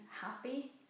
happy